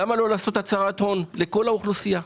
למה לא לעשות הצהרת הון לכל האוכלוסייה?